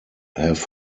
have